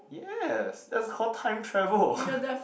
yes that's called time travel